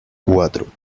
cuatro